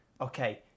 okay